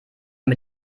mit